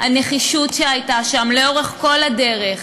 הנחישות שהייתה שם לאורך כל הדרך,